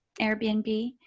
Airbnb